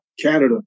Canada